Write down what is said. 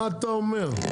מה אתה אומר?